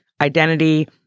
identity